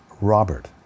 Robert